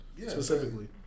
specifically